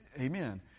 amen